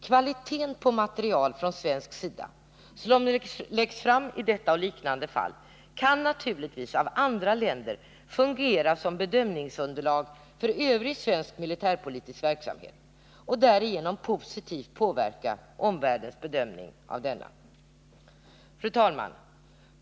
Kvaliteten på material från svensk sida som läggs fram i detta och liknande fall kan naturligtvis av andra länder fungera som bedömningsunderlag när det gäller övrig svensk militärpolitisk verksamhet och därigenom positivt påverka omvärldens bedömning av denna. Fru talmän!